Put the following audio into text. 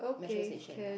metro station right